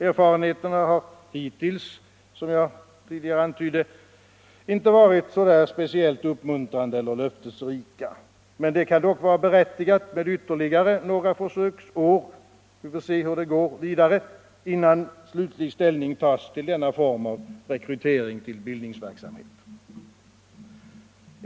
Erfarenheterna har hitintills, som jag tidigare antydde, inte varit speciellt uppmuntrande eller löftesrika, men det kan vara berättigat med ytterligare några försöksår innan slutlig ställning tas till denna form av rekrytering till bildningsverksamhet.